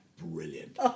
Brilliant